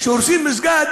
כשהורסים מסגד